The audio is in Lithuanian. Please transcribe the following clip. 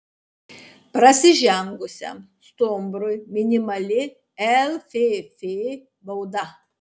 prasižengusiam stumbrui minimali lff bauda